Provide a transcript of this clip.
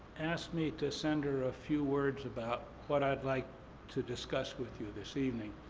asked me to send her a few words about what i'd like to discuss with you this evening,